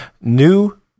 new